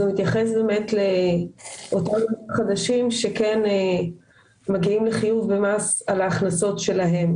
הוא מתייחס לעולים חדשים שכן מגיעים לחיוב במס על ההכנסות שלהם.